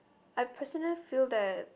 I personally feel that